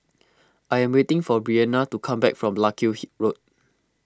I am waiting for Breana to come back from Larkhill Road